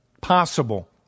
possible